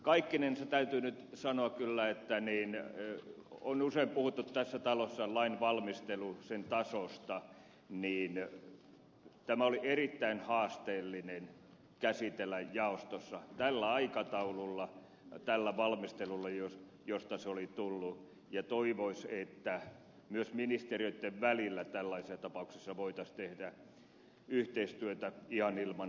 kaikkinensa täytyy nyt sanoa kyllä että kun on usein puhuttu tässä talossa lainvalmistelun tasosta niin tämä oli erittäin haasteellinen käsitellä jaostossa tällä aikataululla tällä valmistelulla josta se oli tullut ja toivoisi että myös ministeriöitten välillä tällaisissa tapauksissa voitaisiin tehdä yhteistyötä ihan pakottamatta